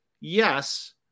yes